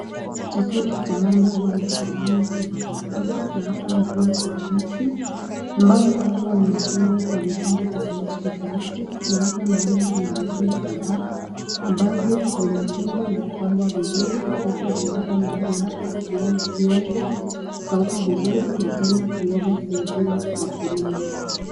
Chakula cha ng'ombe aina mbali mbali kama vile vifungo na hapa kuna vifungo kadhaa ambavyo vimefungwa na kupangwa vizuri labda vimewekwa mahali hapa viweze kukauka vizuri na tena viweze kuuziwa wakulima.